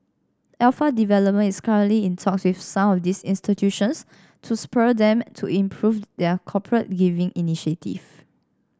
Alpha Development is currently in talks with some of these institutions to spur them to improve their corporate giving initiatives